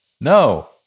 No